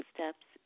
Steps